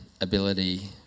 ability